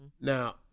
Now